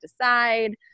decide